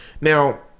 Now